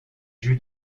jus